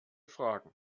fragen